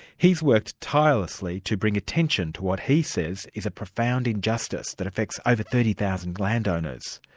he's worked tirelessly to bring attention to what he says is a profound injustice that affects over thirty thousand landowners.